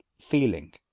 feeling